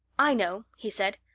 i know, he said,